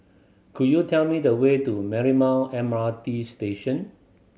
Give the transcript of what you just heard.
could you tell me the way to Marymount M R T Station